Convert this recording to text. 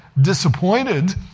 disappointed